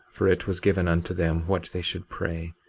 for it was given unto them what they should pray,